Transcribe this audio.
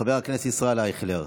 חבר הכנסת ישראל אייכלר,